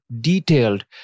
detailed